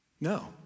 no